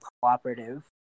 cooperative